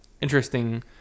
interesting